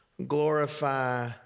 Glorify